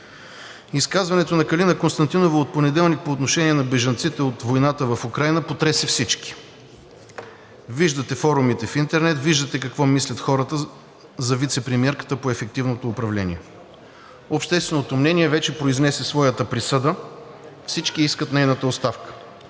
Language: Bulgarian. Изказването на Калина Константинова от понеделник по отношение на бежанците от войната в Украйна потресе всички. Виждате форумите в интернет, виждате какво мислят хората за вицепремиерката по ефективното управление. Общественото мнение вече произнесе своята присъда – всички искат нейната оставка.